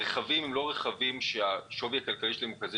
אלה לא רכבים שהשווי הכלכלי שלהם הוא כזה